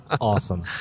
Awesome